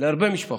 להרבה משפחות,